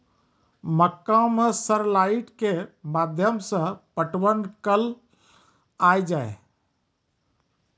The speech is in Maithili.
मक्का मैं सर लाइट के माध्यम से पटवन कल आ जाए?